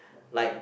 like